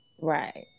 Right